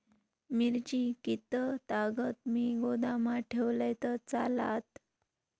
मिरची कीततागत मी गोदामात ठेवलंय तर चालात?